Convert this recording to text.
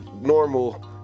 normal